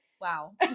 Wow